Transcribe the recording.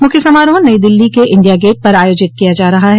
मुख्य समारोह नई दिल्ली के इंडिया गेट पर आयोजित किया जा रहा है